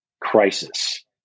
crisis